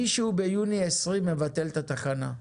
מישהו ביוני 2020 מבטל את התחנה.